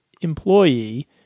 employee